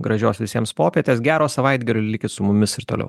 gražios visiems popietės gero savaitgalio likit su mumis ir toliau